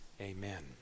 amen